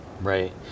Right